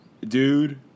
dude